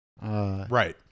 Right